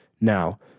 Now